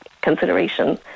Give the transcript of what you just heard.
consideration